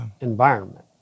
environment